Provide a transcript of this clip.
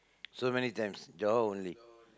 so many times Johor only